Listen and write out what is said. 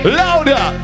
louder